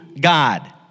God